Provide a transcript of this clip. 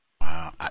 Wow